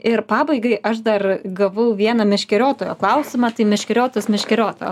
ir pabaigai aš dar gavau vieną meškeriotojo klausimą tai meškeriotojas meškeriotojo